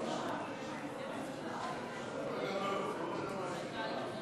על מה לענות?